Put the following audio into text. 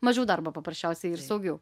mažiau darbo paprasčiausiai ir saugiau